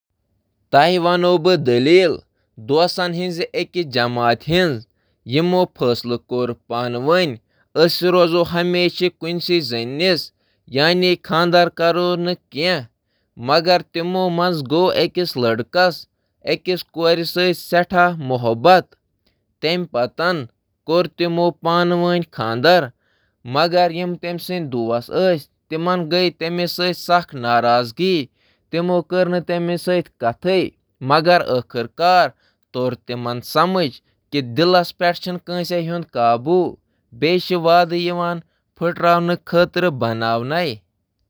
بہٕ کَرٕ دوستن ہٕنٛدس أکِس گروپس مُتعلِق اکھ زبردست دٔلیٖل شیئر، یِمو دلیری سۭتۍ ہمیشہٕ خٲطرٕ کُنی روزنہٕ خٲطرٕ اکھ مُحادٕ کوٚر۔ وۄنٛہِ گوٚو، یِمو منٛزٕ أکِس گوٚو محبَت تہٕ کوٚرُن خانٛدر۔ امہِ غٲر متوقع موڑ سۭتۍ گوٚو تٔمۍ سٕنٛدٮ۪ن دوستن منٛز شرارت پٲدٕ، یِمَن دھوکہ دِنہٕ آمُت محسوٗس کوٚر تہٕ یہِ مانان اوس زِ وعدٕ چھِ پھُٹراونہٕ